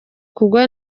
kugwa